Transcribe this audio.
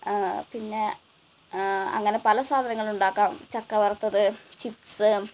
പിന്നെ അങ്ങനെ പല സാധനങ്ങൾ ഉണ്ടാക്കാം ചക്ക വറുത്തത് ചിപ്സ്